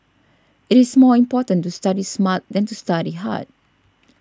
it is more important to study smart than to study hard